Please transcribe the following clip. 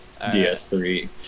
DS3